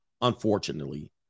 unfortunately